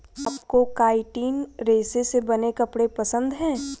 क्या आपको काइटिन रेशे से बने कपड़े पसंद है